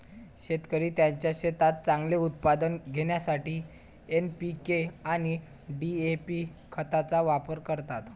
शेतकरी त्यांच्या शेतात चांगले उत्पादन घेण्यासाठी एन.पी.के आणि डी.ए.पी खतांचा वापर करतात